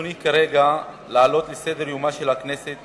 שברצוני כרגע להעלות לסדר-יומה של הכנסת